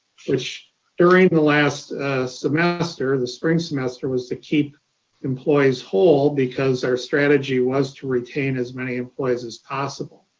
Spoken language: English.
which during the last semester, the spring semester was to keep employees whole because our strategy was to retain as many employees as possible.